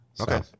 Okay